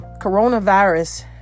Coronavirus